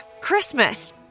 Christmas